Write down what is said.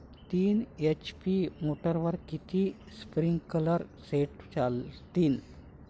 तीन एच.पी मोटरवर किती स्प्रिंकलरचे सेट चालतीन?